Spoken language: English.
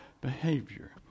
behavior